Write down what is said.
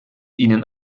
ihnen